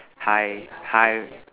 hi hi